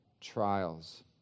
trials